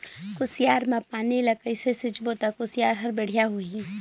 कुसियार मा पानी ला कइसे सिंचबो ता कुसियार हर बेडिया होही?